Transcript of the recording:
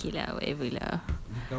okay lah whatever lah